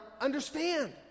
understand